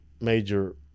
Major